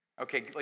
Okay